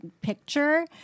picture